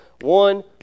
one